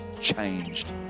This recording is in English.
changed